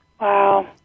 Wow